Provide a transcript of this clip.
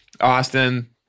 Austin